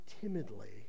timidly